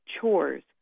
Chores